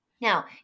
Now